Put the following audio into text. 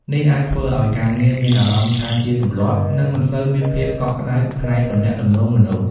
នេះអាចធ្វើឱ្យការងារមានអារម្មណ៍ថាជាទម្លាប់ និងមិនសូវមានភាពកក់ក្តៅផ្នែកទំនាក់ទំនងមនុស្ស។